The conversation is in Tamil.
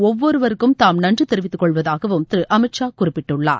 ஒவ்வொருவருக்கும் தாம் நன்றி தெரிவித்துக்கொள்வதாக திரு அமித்ஷா குறிப்பிட்டுள்ளார்